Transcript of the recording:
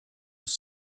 was